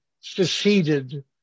seceded